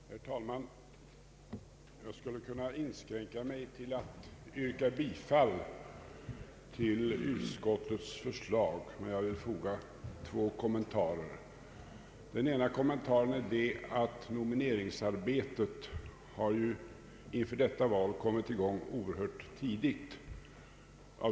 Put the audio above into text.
Herr talman! Jag skulle kunna inskränka mig till att yrka bifall till utskottets förslag, men jag vill tillfoga två kommentarer. Den ena kommentaren är den att nomineringsarbetet inför höstens val av lätt insedda skäl har kommit i gång oerhört tidigt.